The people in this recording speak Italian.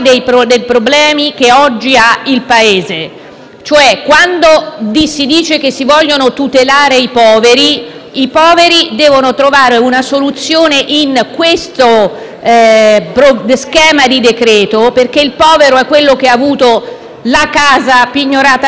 Paese. Quando si dice che si vogliono tutelare i poveri, questi ultimi devono trovare una soluzione in questo schema di decreto, perché i poveri sono quelli che hanno avuto la casa pignorata a seguito di una fideiussione mal posta; i